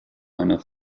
einer